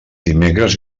dimecres